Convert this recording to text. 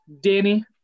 Danny